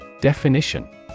Definition